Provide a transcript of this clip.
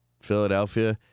Philadelphia